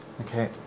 Okay